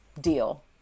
deal